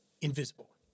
invisible